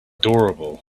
adorable